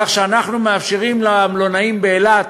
כך שאנחנו מאפשרים למלונאים באילת